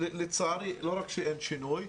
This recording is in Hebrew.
לצערי, לא רק שאין שינוי.